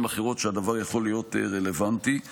אחרות שהדבר יכול להיות רלוונטי להן.